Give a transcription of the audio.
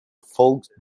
folk